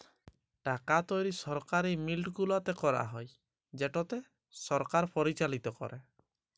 টাকা তৈরি সরকারি মিল্ট গুলাতে ক্যারা হ্যয় যেটকে সরকার পরিচালিত ক্যরে